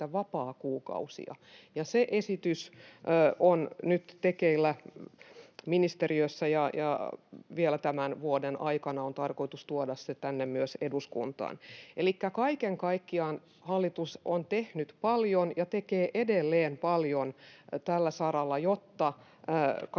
vapaakuukausia. Se esitys on nyt tekeillä ministeriössä, ja vielä tämän vuoden aikana on tarkoitus tuoda se myös tänne eduskuntaan. Elikkä kaiken kaikkiaan hallitus on tehnyt paljon ja tekee edelleen paljon tällä saralla, jotta